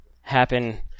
happen